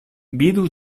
vidu